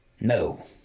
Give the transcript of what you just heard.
No